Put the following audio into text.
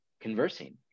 conversing